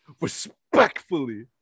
Respectfully